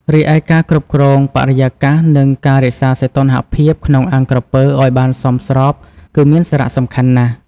រីឯការគ្រប់គ្រងបរិយាកាស និងការរក្សាសីតុណ្ហភាពក្នុងអាងក្រពើឲ្យបានសមស្រប គឺមានសារៈសំខាន់ណាស់។